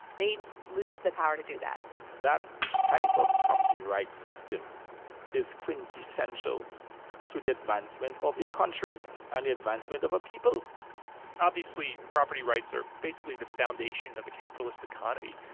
they lose the power to do that that type of property rights system is quintessential to the advancement of a country and um the advancement of a people obviously, property rights are basically the foundation of a capitalist economy.